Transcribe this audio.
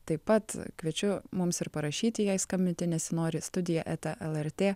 taip pat kviečiu mums ir parašyti jai skambinti nesinori studija eta lrt